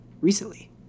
recently